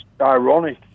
ironic